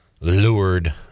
lured